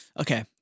Okay